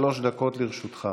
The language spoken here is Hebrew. שלוש דקות לרשותך.